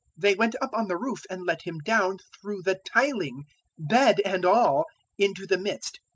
they went up on the roof and let him down through the tiling bed and all into the midst,